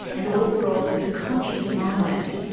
and author of the conscious mind.